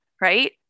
right